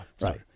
Right